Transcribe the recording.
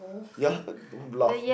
yea don't bluff